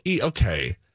okay